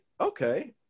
Okay